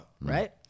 right